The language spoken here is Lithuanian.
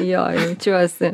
jo jaučiuosi